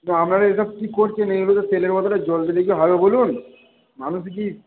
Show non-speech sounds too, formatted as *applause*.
*unintelligible* আপনারা এসব কী করছেন এগুলোকে তেলের বদলে জল দিলে কি হবে বলুন মানুষে কি